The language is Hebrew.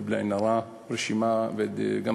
בלי עין הרע, רשימה מכובדת,